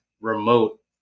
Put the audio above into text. remote